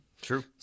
True